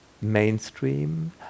mainstream